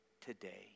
today